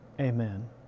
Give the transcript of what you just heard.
Amen